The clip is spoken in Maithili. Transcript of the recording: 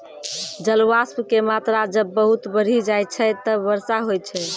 जलवाष्प के मात्रा जब बहुत बढ़ी जाय छै तब वर्षा होय छै